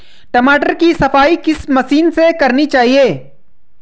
टमाटर की सफाई किस मशीन से करनी चाहिए?